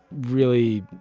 really